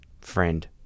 friend